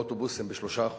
באוטובוסים ב-3%,